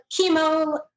chemo